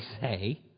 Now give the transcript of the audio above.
say